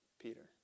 Peter